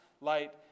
light